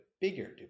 bigger